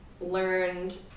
learned